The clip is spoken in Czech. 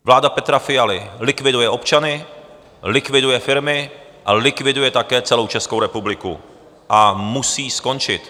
Vláda Petra Fialy likviduje občany, likviduje firmy, likviduje také celou Českou republiku a musí skončit.